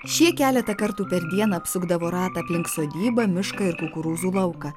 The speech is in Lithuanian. šie keletą kartų per dieną apsukdavo ratą aplink sodybą mišką ir kukurūzų lauką